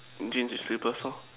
jeans with slippers lah